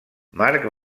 marc